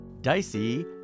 Dicey